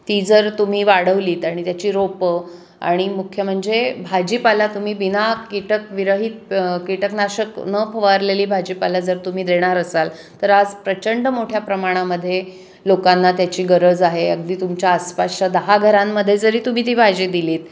ती जर तुम्ही वाढवलीत आणि त्याची रोपं आणि मुख्य म्हणजे भाजीपाला तुम्ही बिना कीटक विरहित कीटकनाशक न फवारलेली भाजीपाला जर तुम्ही देणार असाल तर आज प्रचंड मोठ्या प्रमाणामध्ये लोकांना त्याची गरज आहे अगदी तुमच्या आसपासच्या दहा घरांमध्ये जरी तुम्ही ती भाजी दिलीत